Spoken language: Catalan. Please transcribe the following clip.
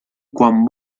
quan